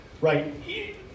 right